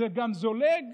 זה גם זולג